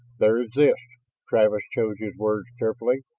there is this travis chose his words carefully,